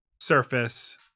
surface